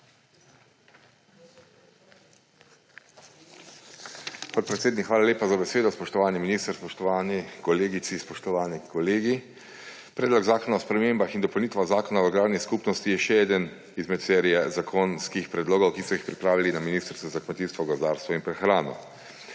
Podpredsednik, hvala lepa za besedo. Spoštovani minister, spoštovane kolegice, spoštovani kolegi! Predlog zakona o spremembah in dopolnitvah Zakona o agrarnih skupnostih je še eden izmed serije zakonskih predlogov, ki so jih pripravili na Ministrstvu za kmetijstvo, gozdarstvo in prehrano.